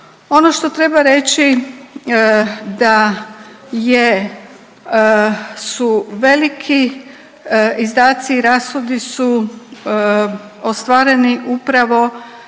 Ono što treba reći da je, su veliki izdaci i rashodi su ostvareni upravo